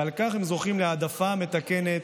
ועל כן הם זוכים להעדפה מתקנת,